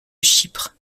chypre